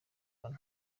aho